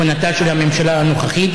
כהונתה של הממשלה הנוכחית,